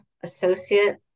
associate